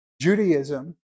Judaism